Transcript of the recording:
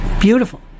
Beautiful